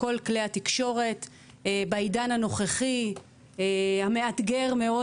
לכל כלי התקשורת בעידן הנוכחי המאתגר מאוד